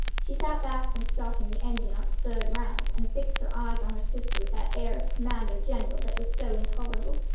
she sat back from starting the engine on its third round, and fixed her eyes on her sister with that air of commander-general that was so intolerable.